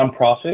nonprofit